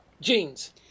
jeans